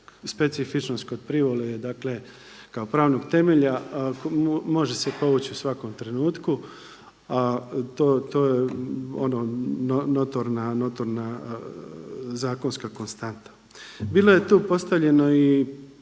Specifičnost kod privole je dakle kao pravnog temelja, može se povući u svakom trenutku a to je ono notorna zakonska konstanta. Bilo je tu postavljeno i